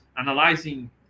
analyzing